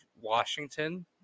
Washington